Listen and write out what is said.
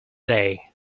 day